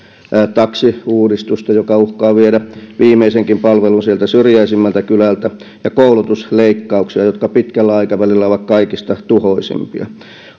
taksiuudistusta joka uhkaa viedä viimeisenkin palvelun sieltä syrjäisimmältä kylältä ja koulutusleikkauksia jotka pitkällä aikavälillä ovat kaikista tuhoisimpia